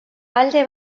alde